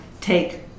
take